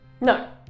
No